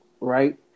Right